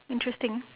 interesting